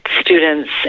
students